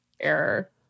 error